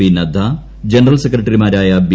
P Nadda general സെക്രട്ടറിമാരായ B